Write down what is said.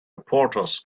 reporters